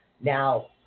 Now